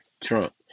Trump